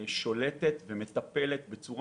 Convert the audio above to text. הצוות